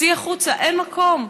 צאי החוצה, אין מקום.